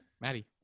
Maddie